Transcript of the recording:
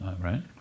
right